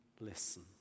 listen